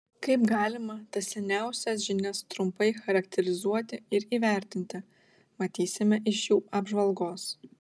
kaip galima tas seniausias žinias trumpai charakterizuoti ir įvertinti matysime iš jų apžvalgos